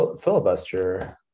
filibuster